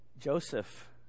Joseph